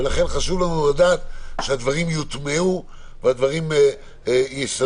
ולכן חשוב לנו לדעת שהדברים יוטמעו והדברים יסודרו,